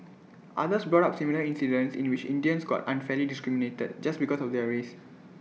others brought up similar incidents in which Indians got unfairly discriminated just because of their race